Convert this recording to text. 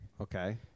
Okay